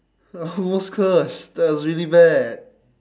I almost cursed that was really bad